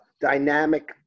dynamic